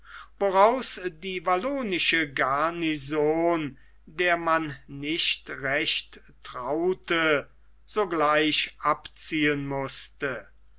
woraus die wallonische garnison der man nicht recht traute sogleich abziehen mußte